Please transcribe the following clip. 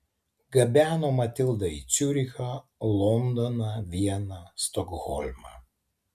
gabeno matildą į ciurichą londoną vieną stokholmą